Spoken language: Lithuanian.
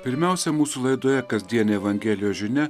pirmiausia mūsų laidoje kasdienė evangelijos žinia